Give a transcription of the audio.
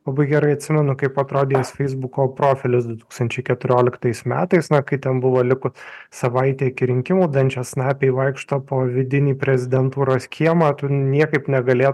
labai gerai atsimenu kaip atrodė jos feisbuko profilis du tūkstančiai keturioliktais metais kai ten buvo likus savaitei iki rinkimų dančiasnapiai vaikšto po vidinį prezidentūros kiemą niekaip negalėjo